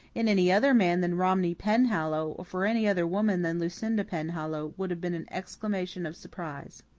in any other man than romney penhallow, or for any other woman than lucinda penhallow, would have been an exclamation of surprise.